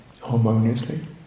harmoniously